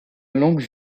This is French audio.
longue